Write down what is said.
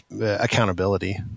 accountability